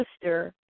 sister